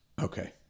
Okay